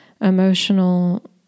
emotional